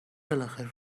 بالاخره